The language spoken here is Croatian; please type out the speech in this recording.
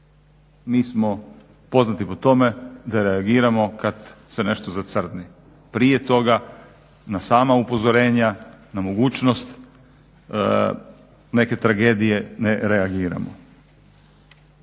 Mi smo poznati po tome da reagiramo kad se nešto zacrni, prije toga na sama upozorenja, na mogućnost neke tragedije ne reagiramo.